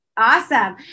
Awesome